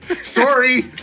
Sorry